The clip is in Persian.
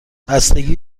بستگی